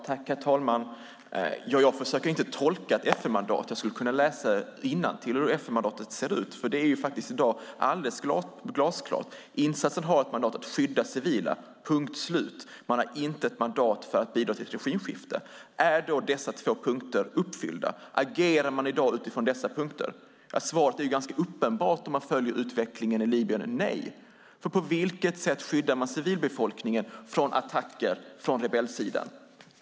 Herr talman! Jag försöker inte tolka ett FN-mandat. Jag skulle kunna läsa innantill hur FN-mandatet ser ut. I dag är det alldeles glasklart: Insatsen har ett mandat att skydda civila - punkt slut. Man har inte ett mandat för att bidra till ett regimskifte. Är då dessa två punkter uppfyllda? Agerar man i dag utifrån dessa punkter? Svaret är ganska uppenbart om man följer utvecklingen i Libyen: Nej, för på vilket sätt skyddar man civilbefolkningen från attacker från rebellsidan?